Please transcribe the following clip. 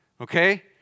okay